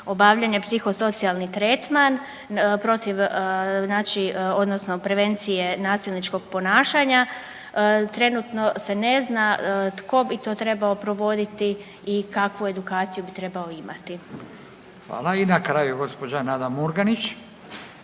obavljanje psihosocijalni tretman protiv znači odnosno prevencije nasilničkog ponašanja, trenutno se ne zna tko bi to trebao provoditi i kakvu edukaciju bi trebao imati. **Radin, Furio (Nezavisni)**